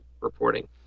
reporting